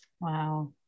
wow